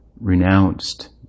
renounced